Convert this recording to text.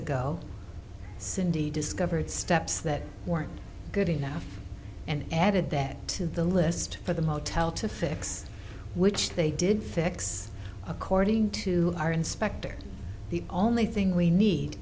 ago cindy discovered steps that weren't good enough and added that to the list for the motel to fix which they did fix according to our inspector the only thing we need